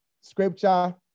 scripture